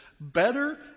better